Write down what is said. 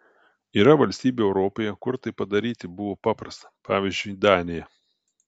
yra valstybių europoje kur tai padaryti buvo paprasta pavyzdžiui danija